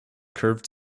curved